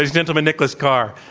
gentlemen, nicholas carr.